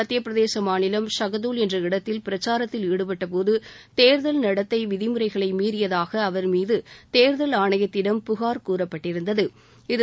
மத்திய பிரதேச மாநிலம் ஷகதுல் என்ற இடத்தில் பிரச்சாரத்தில் ஈடுபட்ட போது சமீபத்தில் தேர்தல் நடத்தை நெறிமுறைகளை மீறியதாக அவர் மீது தேர்தல் ஆணையத்திடம் புகார் கூறப்பட்டிருந்தது